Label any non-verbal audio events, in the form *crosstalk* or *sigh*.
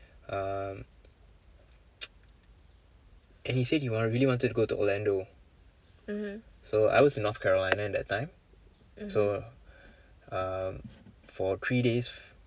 um *noise* and he said want~ he really wanted go to orlando so I was in north carolina at that time so um for three days